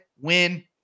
win